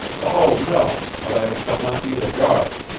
oh, no. but i shall not need a guard.